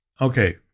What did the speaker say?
Okay